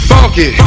Funky